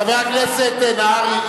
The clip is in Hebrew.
כבוד השר נהרי,